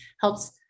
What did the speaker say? helps